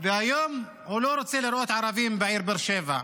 והיום הוא לא רוצה לראות ערבים בעיר באר שבע.